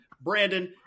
Brandon